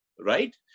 Right